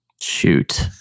Shoot